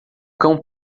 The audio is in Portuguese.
cão